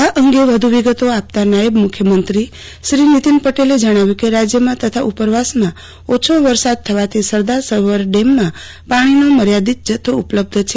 આ અંગે વધુ વિગતો આપતા નાયબ મુખ્યમંત્રીશ્રી નિતીન પટેલે જણાવ્યું કે રાજ્યમાં તથા ઉપરવાસમાં ઓછો વરસાદ થવાથી સરદાર સરોવર ડેમમાં પાણીનો મર્યાદિત જથ્થો ઉપલબ્ધ છે